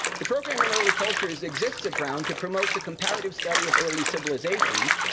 the program in early cultures exists at brown to promote the comparative study of early civilizations,